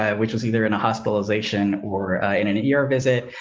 ah which was either in a hospitalization or in an ear visit.